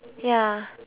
ya